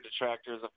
detractors